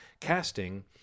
casting